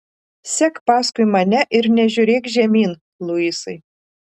sek paskui mane ir nežiūrėk žemyn luisai